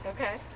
Okay